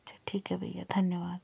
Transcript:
अच्छा ठीक है भय्या धन्यवाद